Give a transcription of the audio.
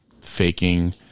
faking